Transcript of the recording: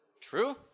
True